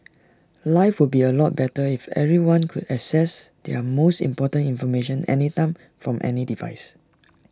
life would be A lot better if everyone could access their most important information anytime from any device